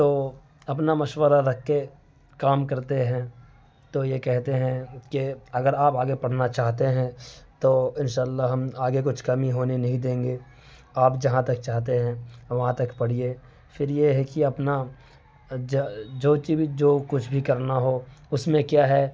تو اپنا مشورہ رکھ کے کام کرتے ہیں تو یہ کہتے ہیں کہ اگر آپ آگے پڑھنا چاہتے ہیں تو انشاء اللّہ ہم آگے کچھ کمی ہونے نہیں دیں گے آپ جہاں تک چاہتے ہیں وہاں تک پڑھیے پھر یہ ہے کہ اپنا جو چیز جو کچھ بھی کرنا ہو اس میں کیا ہے